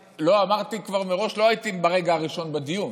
אמרתי כבר מראש: לא הייתי ברגע הראשון בדיון,